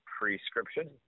Prescription